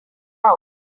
out